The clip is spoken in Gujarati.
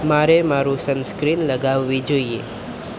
મારે મારું સનસ્ક્રીન લગાવવી જોઈએ